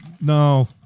No